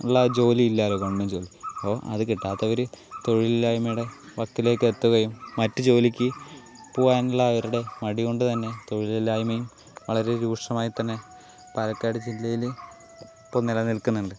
ഉള്ള ജോലി ഇല്ലല്ലോ ഗവൺമെന്റ് ജോലി അപ്പോൾ അത് കിട്ടാത്തവർ തൊഴിലില്ലായ്മയുടെ വക്കിലേക്ക് എത്തുകയും മറ്റ് ജോലിക്ക് പോകാനുള്ള അവരുടെ മടി കൊണ്ട് തന്നെ തൊഴിലില്ലായ്മയും വളരെ രൂക്ഷമായി തന്നെ പാലക്കാട് ജില്ലയിൽ ഇപ്പോൾ നിലനിൽക്കുന്നുണ്ട്